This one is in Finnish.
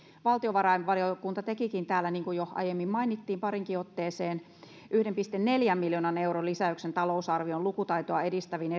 valtiovarainvaliokunta tekikin täällä niin kuin jo aiemmin pariinkin otteeseen mainittiin yhden pilkku neljän miljoonan euron lisäyksen talousarvioon erilaisiin lukutaitoa edistäviin